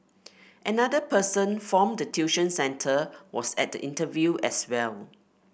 another person form the tuition centre was at the interview as well